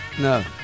No